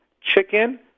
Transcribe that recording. chicken